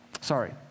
Sorry